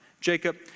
Jacob